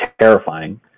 terrifying